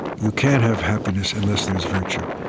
you can't have happiness unless there's virtue.